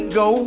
go